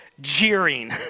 jeering